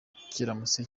kiramutse